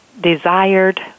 desired